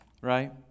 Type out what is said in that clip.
right